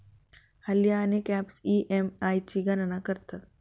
हल्ली अनेक apps EMI ची गणना करतात